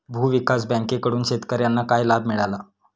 भूविकास बँकेकडून शेतकर्यांना काय लाभ मिळाला?